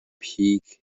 peak